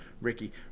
ricky